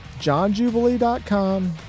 johnjubilee.com